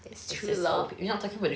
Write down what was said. ah that's true lah